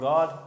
God